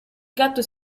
gatto